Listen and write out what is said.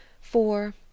Four